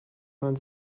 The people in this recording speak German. man